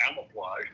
camouflage